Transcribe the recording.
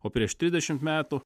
o prieš trisdešimt metų